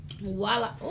Voila